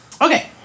Okay